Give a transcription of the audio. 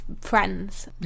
friends